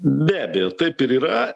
be abejo taip ir yra